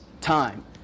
time